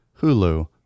hulu